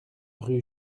rue